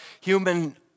human